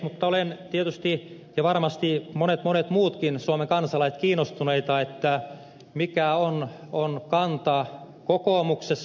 mutta olen tietysti ja varmasti monet monet muutkin suomen kansalaiset ovat kiinnostuneita mikä on kanta kokoomuksessa